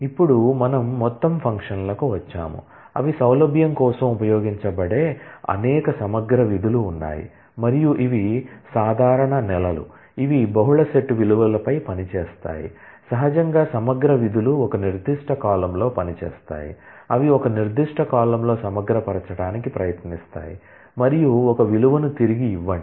ఇప్పుడు మనము మొత్తం ఫంక్షన్లకు వచ్చాము అవి సౌలభ్యం కోసం ఉపయోగించబడే అనేక సమగ్ర విధులు ఉన్నాయి మరియు ఇవి సాధారణ నెలలు ఇవి బహుళ సెట్ విలువలపై పనిచేస్తాయి సహజంగా సమగ్ర విధులు ఒక నిర్దిష్ట కాలమ్లో పనిచేస్తాయి అవి ఒక నిర్దిష్ట కాలమ్లో సమగ్రపరచడానికి ప్రయత్నిస్తాయి మరియు ఒక విలువను తిరిగి ఇవ్వండి